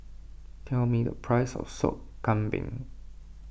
tell me the price of Sop Kambing